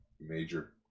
major